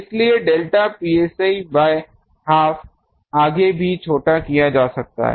इसलिए delta psi by half आगे भी छोटा किया जाएगा